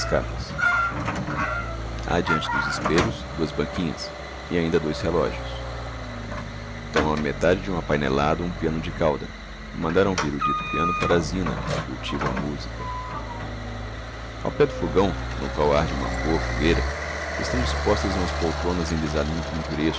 capas adeante dos espelhos duas banquinhas e ainda dois relogios toma a metade de um apainelado um piano de cauda mandaram vir o dito piano para a zina cultiva a musica ao pé do fogão no qual arde uma bôa fogueira estão dispostas umas poltronas em desalinho pinturesco